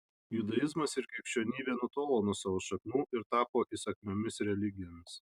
judaizmas ir krikščionybė nutolo nuo savo šaknų ir tapo įsakmiomis religijomis